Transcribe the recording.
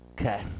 Okay